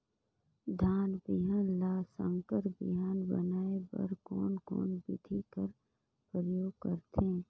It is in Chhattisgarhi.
धान बिहान ल संकर बिहान बनाय बर कोन कोन बिधी कर प्रयोग करथे?